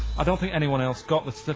i don't think anyone else got the